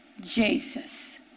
Jesus